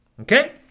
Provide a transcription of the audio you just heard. Okay